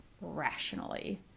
rationally